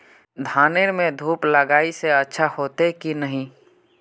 धानेर में धूप लगाए से अच्छा होते की नहीं?